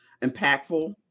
impactful